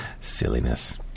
Silliness